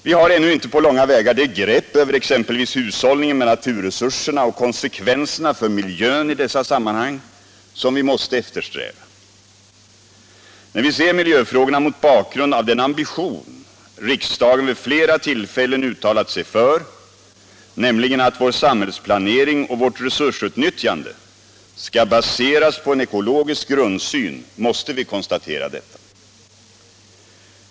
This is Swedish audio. Vi har ännu inte på långa vägar det grepp över hushållningen med naturresurserna och konsekvenserna för miljön i dessa sammanhang som vi måste eftersträva. När vi ser miljöfrågorna mot bakgrund av den ambition riksdagen vid flera tillfällen uttalat sig för, nämligen att vår samhällsplanering och vårt resursutnyttjande skall baseras på en ekologisk grundsyn, måste vi konstatera detta.